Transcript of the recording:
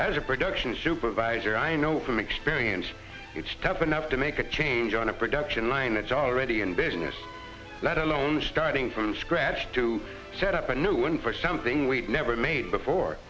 as a production supervisor i know from experience it's tough enough to make a change on a production line that's already in business let alone starting from scratch to set up a new one for something we've never made before